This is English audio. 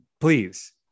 please